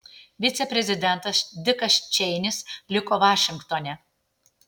viceprezidentas dikas čeinis liko vašingtone